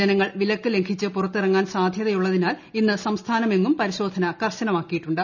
ജനങ്ങൾ വിലക്ക് ലംഘിച്ച് പുറത്തിറങ്ങാൻ സാധ്യത യുള്ളതിനാൽ ഇന്ന് സംസ്ഥാനമെങ്ങും പരിശോധന കർശനമാക്കിയിട്ടുണ്ട്